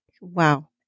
Wow